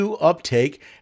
uptake